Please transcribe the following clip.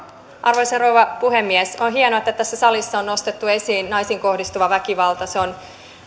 arvoisa rouva puhemies on hienoa että salissa on nostettu esiin naisiin kohdistuva väkivalta se on